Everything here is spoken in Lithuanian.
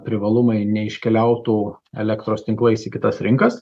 privalumai neiškeliautų elektros tinklais į kitas rinkas